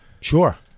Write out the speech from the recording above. Sure